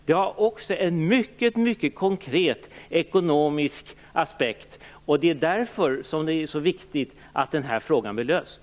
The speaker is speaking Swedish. Det har också en mycket konkret ekonomisk aspekt. Det är därför som det är så viktigt att den här frågan blir löst.